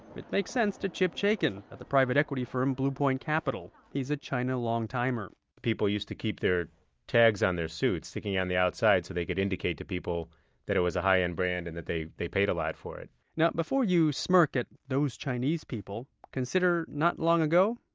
it makes sense to chip chaikin at the private-equity firm bluepoint capital. he's a china long-timer people used to keep their tags on their suits, sticking yeah on the outside, so they could indicate to people it was a high-end brand and they they paid a lot for it now, before you smirk at those chinese people, consider not long ago,